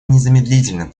незамедлительно